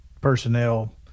personnel